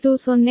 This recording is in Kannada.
120